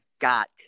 got